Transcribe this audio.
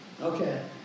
Okay